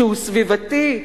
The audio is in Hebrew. סביבתי.